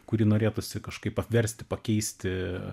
kurį norėtųsi kažkaip apversti pakeisti